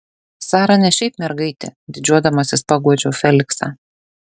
sara ne šiaip mergaitė didžiuodamasis paguodžiau feliksą